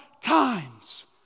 times